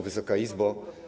Wysoka Izbo!